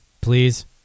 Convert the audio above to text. Please